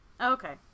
Okay